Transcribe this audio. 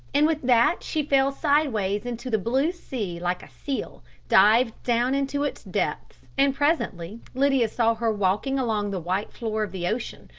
and with that she fell sideways into the blue sea like a seal, dived down into its depths, and presently lydia saw her walking along the white floor of the ocean,